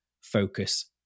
focus